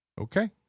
Okay